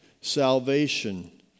salvation